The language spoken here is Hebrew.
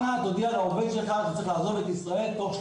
הארכת רישיון לישיבת ביקור לעובד זר המועסק במתן טיפול סיעודי),